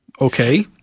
Okay